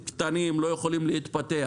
שהם קטנים ולא יכולים להתפתח